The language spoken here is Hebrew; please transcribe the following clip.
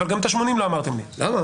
למה?